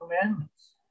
commandments